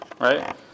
right